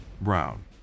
Brown